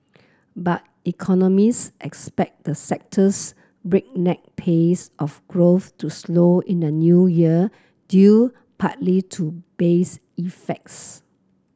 but economist expect the sector's breakneck pace of growth to slow in the New Year due partly to base effects